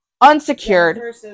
Unsecured